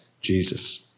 Jesus